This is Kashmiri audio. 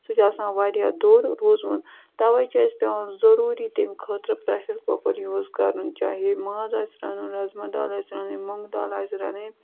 سُہ چھُ آسان واریاہ دوٚر روٗزمُت تَوَے چھِ اَسہِ پٮ۪وان ضٔروٗری تَمہِ خٲطرٕ پرٛٮ۪شَر کُکَر یوٗز کَرُن چاہے ماز آسہِ رَنُن رَزما دال آسہِ رَنٕنۍ مۄنٛگہٕ دال آسہِ رَنٕنۍ